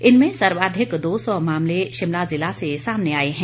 इनमें सर्वाधिक दो सौ मामले शिमला जिला से सामने आए हैं